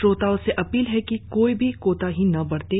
श्रोताओं से अपील है कि कोई भी कोताही न बरतें